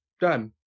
done